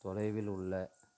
தொலைவில் உள்ள